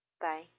Bye